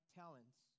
talents